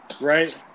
Right